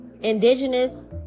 indigenous